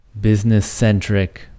business-centric